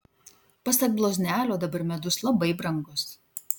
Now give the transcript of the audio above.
pasak bloznelio dabar medus labai brangus